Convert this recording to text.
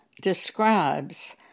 describes